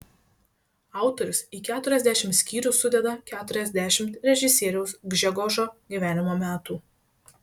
autorius į keturiasdešimt skyrių sudeda keturiasdešimt režisieriaus gžegožo gyvenimo metų